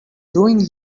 doing